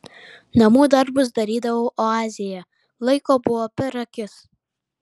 namų darbus darydavau oazėje laiko buvo per akis